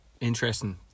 interesting